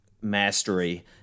mastery